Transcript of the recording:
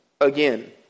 again